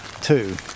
two